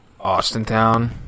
Austintown